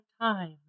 time